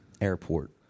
airport